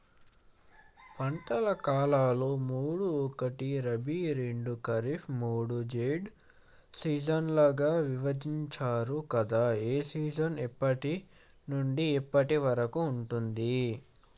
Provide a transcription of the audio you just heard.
పంటల కాలాలు మూడు ఒకటి రబీ రెండు ఖరీఫ్ మూడు జైద్ సీజన్లుగా విభజించారు కదా ఏ సీజన్ ఎప్పటి నుండి ఎప్పటి వరకు ఉంటుంది?